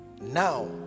now